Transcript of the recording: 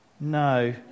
No